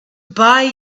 buy